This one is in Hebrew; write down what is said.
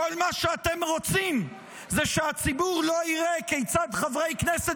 כל מה שאתם רוצים זה שהציבור לא יראה כיצד חברי כנסת